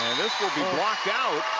this will be blocked out.